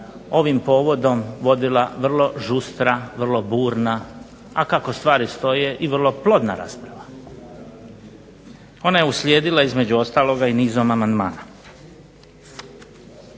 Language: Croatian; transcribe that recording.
ovim povodom vodila vrlo žustra, vrlo burna, a kako stvari stoje i vrlo plodna rasprava. Ona je uslijedila između ostaloga i nizom amandmana.